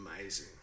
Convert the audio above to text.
amazing